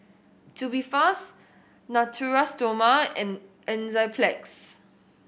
Tubifast Natura Stoma and Enzyplex